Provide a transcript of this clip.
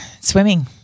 Swimming